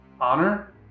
Honor